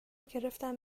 گرفتم